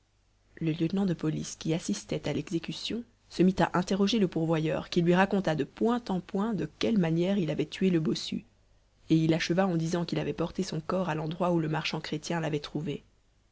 le lieutenant de police qui assistait à l'exécution se mit à interroger le pourvoyeur qui lui raconta de point en point de quelle manière il avait tué le bossu et il acheva en disant qu'il avait porté son corps à l'endroit où le marchand chrétien l'avait trouvé